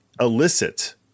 illicit